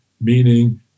meaning